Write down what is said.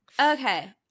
okay